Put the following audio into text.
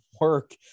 work